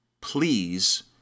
please